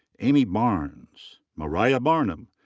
amy barnes. mariah barnum.